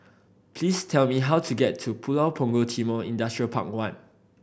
please tell me how to get to Pulau Punggol Timor Industrial Park One